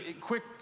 Quick